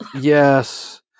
Yes